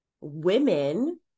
women